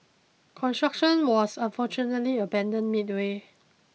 construction was unfortunately abandoned midway